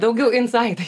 daugiau insaitai